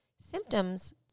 Symptoms